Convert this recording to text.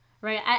Right